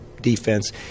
defense